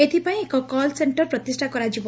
ଏଥିପାଇଁ ଏକ କଲ୍ ସେକ୍କର ପ୍ରତିଷା କରାଯିବ